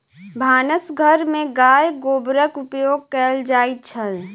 भानस घर में गाय गोबरक उपयोग कएल जाइत छल